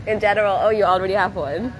in general oh you already have one